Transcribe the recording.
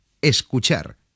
Escuchar